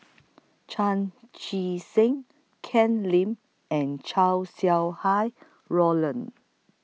Chan Chee Seng Ken Lim and Chow Sau Hai Roland